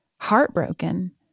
heartbroken